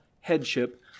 headship